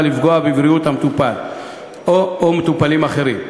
לפגוע בבריאות המטופל או מטופלים אחרים,